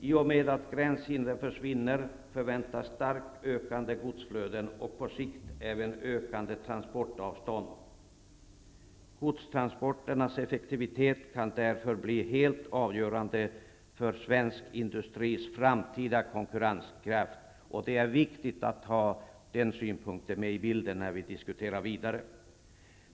I och med att gränshindren försvinner förväntas starkt ökande godsflöden och på sikt även ökande transportavstånd. Godstransporternas effektivitet kan därför bli helt avgörande för svensk industris framtida konkurrenskraft. Det är viktigt att ha detta med i bilden när vi diskuterar vidare.